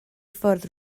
ffwrdd